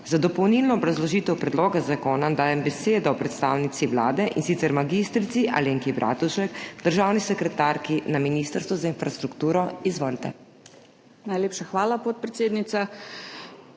Za dopolnilno obrazložitev predloga zakona dajem besedo predstavnici Vlade, in sicer mag. Alenki Bratušek, državni sekretarki na Ministrstvu za infrastrukturo. Izvolite. MAG. ALENKA BRATUŠEK